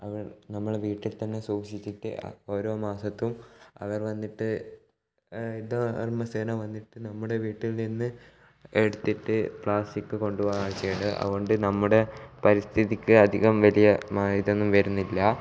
അവർ നമ്മളുടെ വീട്ടിൽ തന്നെ സൂക്ഷിച്ചിട്ട് ആ ഓരോ മാസത്തും അവർ വന്നിട്ട് ഹരിതകർമ്മസേന വന്നിട്ട് നമ്മുടെ വീട്ടിൽ നിന്ന് എടുത്തിട്ട് പ്ലാസ്റ്റിക് കൊണ്ട് പോകുന്ന കാഴ്ചയാണ് അതുകൊണ്ട് നമ്മുടെ പരിസ്ഥിതിക്ക് അധികം വലിയ മ ഇതൊന്നും വരുന്നില്ല